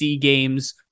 games